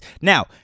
Now